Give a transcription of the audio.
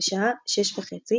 בשעה 630,